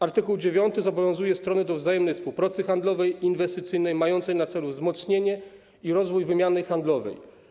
Art. 9 zobowiązuje strony do wzajemnej współpracy handlowej i inwestycyjnej, mającej na celu wzmocnienie i rozwój wymiany handlowej.